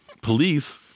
Police